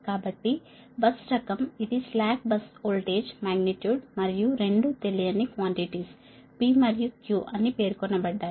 కాబట్టి బస్ రకం ఇది స్లాక్ బస్ వోల్టేజ్ మాగ్నిట్యూడ్ మరియు రెండూ తెలియని క్వాన్టిటీస్ P మరియు Q అని పేర్కొనబడ్డాయి